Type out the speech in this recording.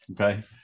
okay